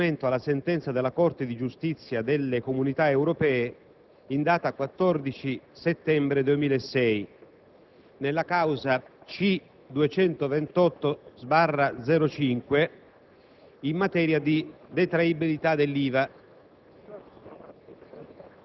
di adeguamento alla sentenza della Corte di giustizia delle Comunità europee in data 14 settembre 2006 nella causa C-228/05, in materia di detraibilità dell'IVA».